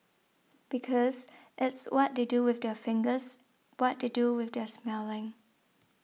because it's what they do with their fingers what they do with their smelling